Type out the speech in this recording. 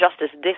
justice